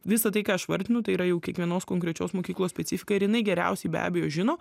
visa tai ką aš vardinu tai yra jau kiekvienos konkrečios mokyklos specifika ir jinai geriausiai be abejo žino